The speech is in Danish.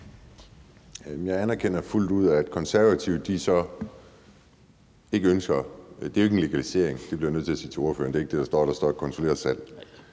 Jeg anerkender fuldt ud, at Konservative så ikke ønsker det. Og det er jo ikke en legalisering; det bliver jeg nødt til at sige til ordføreren. Det er ikke det, der står. Der står kontrolleret salg.